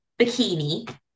bikini